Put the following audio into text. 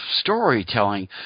storytelling –